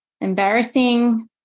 embarrassing